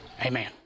Amen